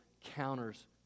counters